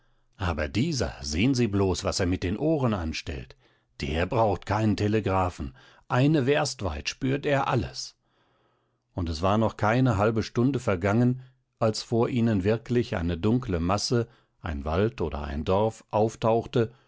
aber dieser sehen sie bloß was er mit den ohren anstellt der braucht keinen telegraphen eine werst weit spürt er alles und es war noch keine halbe stunde vergangen als vor ihnen wirklich eine dunkle masse ein wald oder ein dorf auftauchte